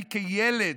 אני, כילד,